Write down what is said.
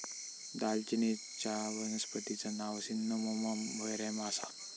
दालचिनीचच्या वनस्पतिचा नाव सिन्नामोमम वेरेम आसा